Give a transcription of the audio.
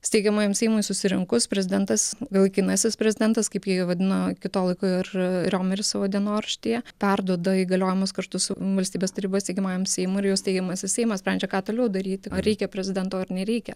steigiamajam seimui susirinkus prezidentas laikinasis prezidentas kaip jį vadino iki to laiko ir riomeris savo dienoraštyje perduoda įgaliojimus kartu su valstybės taryba steigiamajam seimui ir jau steigiamasis seimas sprendžia ką toliau daryti ar reikia prezidento ar nereikia